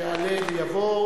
שיעלה ויבוא,